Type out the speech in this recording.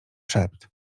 szept